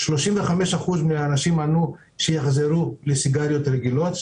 35% מהאנשים אמרו שהם יחזרו לסיגריות רגילות,